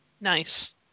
Nice